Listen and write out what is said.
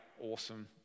awesome